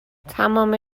تمام